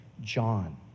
John